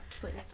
please